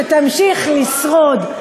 שתמשיך לשרוד?